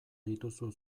dituzu